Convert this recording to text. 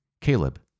Caleb